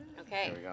Okay